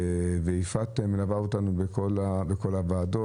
יפעת מלווה אותנו בכל הוועדות,